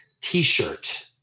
t-shirt